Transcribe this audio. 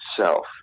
self